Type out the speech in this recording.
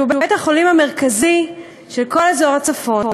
שהוא בית-החולים המרכזי של כל אזור הצפון,